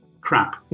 Crap